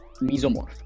Mesomorph